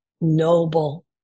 noble